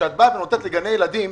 כשאת באה ונותנת לגני הילדים,